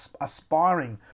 aspiring